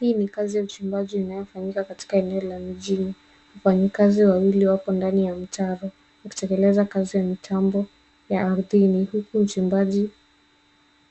Hii ni kazi ya uchimbaji inayofanyika katika eneo la mjini. Wafanyikazi wawili wapo ndani ya mtaro wakitekeleza kazi ya mitambo ya ardhini huku uchimbaji